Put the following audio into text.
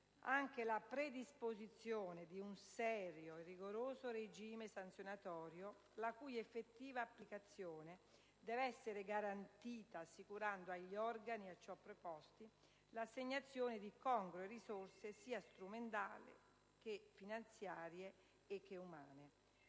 altresì la predisposizione di un serio e rigoroso regime sanzionatorio, la cui effettiva applicazione deve essere garantita assicurando agli organi a ciò preposti l'assegnazione di congrue risorse sia strumentali che finanziarie ed umane.